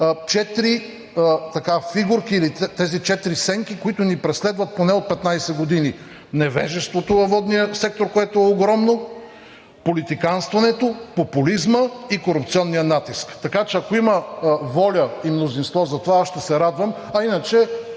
фигурки или тези четири сенки, които ни преследват поне от 15 години – невежеството във водния сектор, което е огромно, политиканстването, популизма и корупционния натиск. Така че, ако има воля и мнозинство за това, аз ще се радвам. А иначе